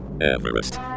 Everest